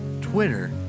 Twitter